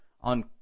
on